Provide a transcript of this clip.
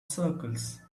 circles